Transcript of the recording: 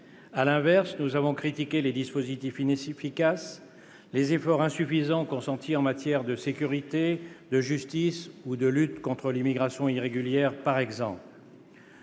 À l'inverse, nous avons critiqué les dispositifs inefficaces, les efforts insuffisants consentis en matière de sécurité, de justice ou de lutte contre l'immigration irrégulière, par exemple.